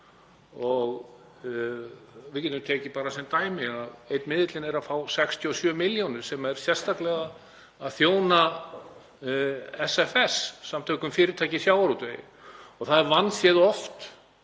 Við getum tekið sem dæmi að einn miðillinn er að fá 67 milljónir sem er sérstaklega að þjóna SFS, Samtökum fyrirtækja í sjávarútvegi, og það er vandséð oft